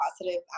positive